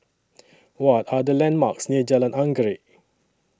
What Are The landmarks near Jalan Anggerek